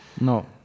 No